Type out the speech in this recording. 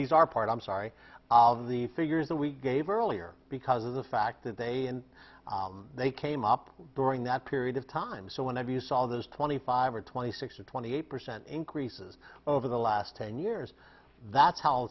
these are part i'm sorry of the figures that we gave earlier because of the fact that they and they came up during that period of time so whenever you saw those twenty five or twenty six or twenty eight percent increases over the last ten years that's how